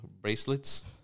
bracelets